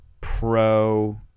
pro